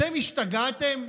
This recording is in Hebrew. אתם השתגעתם?